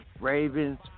Ravens